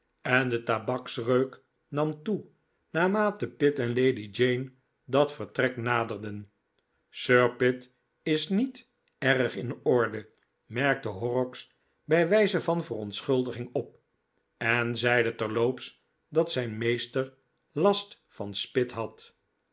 en de tabaksreuk nam toe naarmate pitt en lady jane dat vertrek naderden sir pitt is niet erg in orde merkte horrocks bij wijze van verontschuldiging op en zeide terloops dat zijn meester last van spit had